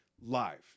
live